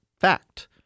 fact